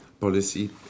policy